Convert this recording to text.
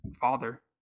father